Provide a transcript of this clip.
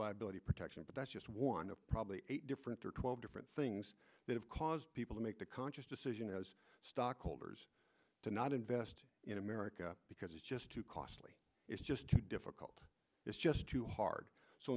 liability protection but that's just one of probably eight different or twelve different things that have caused people to make the conscious decision as stockholders to not invest in america because it's just too costly it's just too difficult it's just too hard so